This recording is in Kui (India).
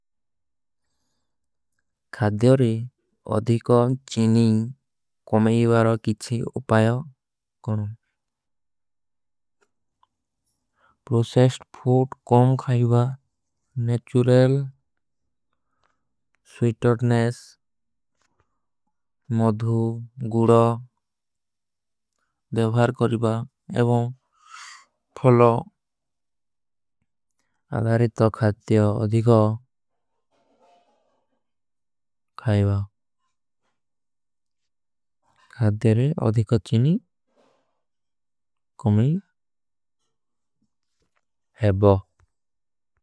ଖାଦ୍ଯୋରେ ଅଧିକା ଚୀନୀ କମଈବାରୋ କିଛୀ ଉପାଯୋ କରୋଂ। ପ୍ରୋସେସ୍ଟ ଫୂଟ କମ ଖାଈବା, ନେଚୁରେଲ, ସ୍ଵୀଟର୍ଣେଶ, ମଧୁ। ଗୁଡା ଦେଵାର କରବା ଏବଂ ଫଲୋ ଅଧାରିତ ଖାଦ୍ଯୋ ଅଧିକା। ଖାଈବା ଖାଦ୍ଯୋରେ ଅଧିକା ଚୀନୀ କମଈବାରୋ କିଛୀ ଖାଈବା।